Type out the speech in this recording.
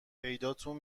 پیداتون